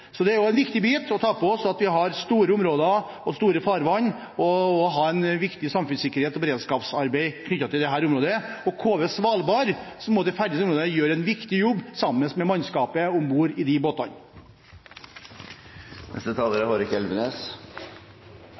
Så det er også en viktig bit – at vi tar innover oss at vi har store områder og store farvann, og at vi har et viktig samfunnssikkerhets- og beredskapsarbeid knyttet til dette området. KV «Svalbard», som ferdes i dette området, gjør en viktig jobb sammen med mannskapet om bord i de båtene.